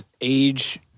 age